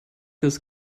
this